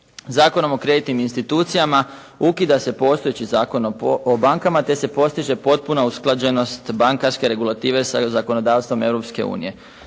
Zakonom o kreditnim institucijama ukida se postojeće Zakon o bankama, te se postiže potpuna usklađenost bankarske regulative sa zakonodavstvom